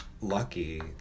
lucky